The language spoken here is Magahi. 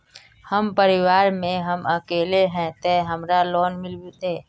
हम परिवार में हम अकेले है ते हमरा लोन मिलते?